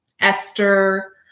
Esther